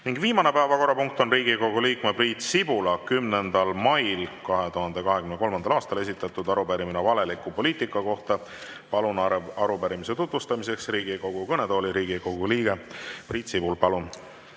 Viimane päevakorrapunkt on Riigikogu liikme Priit Sibula 10. mail 2023. aastal esitatud arupärimine valeliku poliitika kohta. Palun arupärimise tutvustamiseks Riigikogu kõnetooli Riigikogu liikme Priit Sibula.